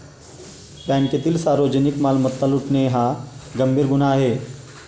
बँकेतील सार्वजनिक मालमत्ता लुटणे हा गंभीर गुन्हा आहे